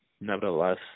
Nevertheless